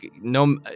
no